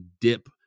dip